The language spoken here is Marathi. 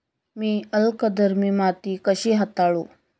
मी अल्कधर्मी माती कशी हाताळू?